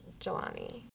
Jelani